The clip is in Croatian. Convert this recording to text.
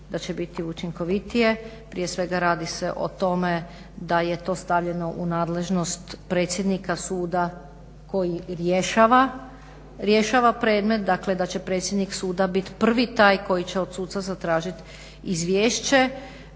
da će biti učinkovitije. Prije svega radi se o tome da je to stavljeno u nadležnost predsjednika suda koji rješava predmet, dakle da će predsjednik suda biti prvi taj koji će od suca zatražiti izvješće,